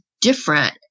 different